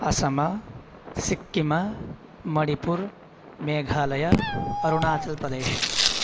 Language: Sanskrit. अस्साम् सिक्किम् मणिपुरं मेघालयः अरुणाचलप्रदेशः